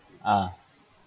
ah